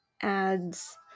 Ads